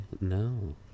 no